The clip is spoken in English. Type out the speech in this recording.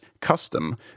custom